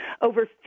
over